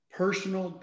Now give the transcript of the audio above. personal